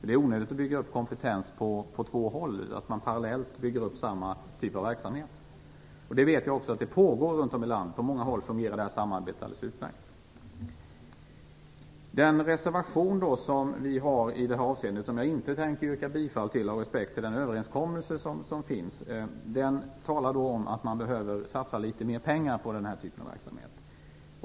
Det är onödigt att bygga upp kompetens på två håll, att man parallellt bygger upp samma typ av verksamhet. Vi vet också att det samarbetet pågår på många håll runt om i landet och fungerar alldeles utmärkt. Den reservation som Miljöpartiet har i detta avseende, och som jag inte tänker yrka bifall till av respekt för den överenskommelse som finns, talar om att man behöver satsa litet mer pengar på den här typen av verksamhet.